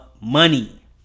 money